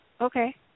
Okay